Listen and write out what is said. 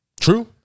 True